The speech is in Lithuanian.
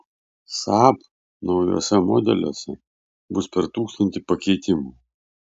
saab naujuose modeliuose bus per tūkstantį pakeitimų